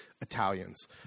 Italians